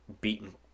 beaten